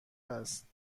است